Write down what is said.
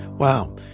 Wow